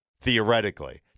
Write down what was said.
theoretically